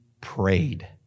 prayed